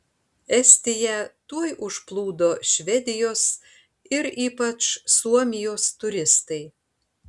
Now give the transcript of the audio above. estiją tuoj užplūdo švedijos ir ypač suomijos turistai